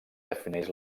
defineix